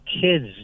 kids